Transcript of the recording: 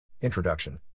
Introduction